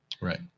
right